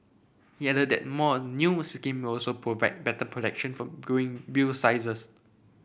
he added that more new scheme will also provide better protection from growing bill sizes